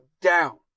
down